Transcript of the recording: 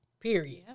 Period